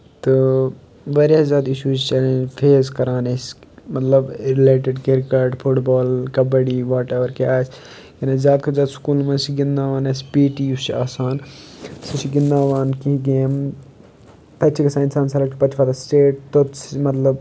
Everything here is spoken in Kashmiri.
تہٕ واریاہ زیادٕ اِشوٗز چیلینج فیس کَران أسۍ مطلب related cricket football kabaddi whatever کیٛاہ آسہِ یعنی زیادٕ کھۄتہٕ زیادٕ سکوٗلَن مَنٛز چھِ گِنٛدناوان اَسہِ پی ٹی یُس چھُ آسان سُہ چھِ گِنٛدناوان کینٛہہ گیم تَتہِ چھِ گژھان اِنسان سِلٮ۪کٹ پَتہٕ چھِ واتان سٹیٹ توٚت مطلب